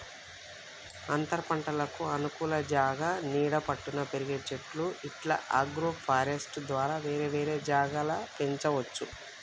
అంతరపంటలకు అనుకూల జాగా నీడ పట్టున పెరిగే చెట్లు ఇట్లా అగ్రోఫారెస్ట్య్ ద్వారా వేరే వేరే జాగల పెంచవచ్చు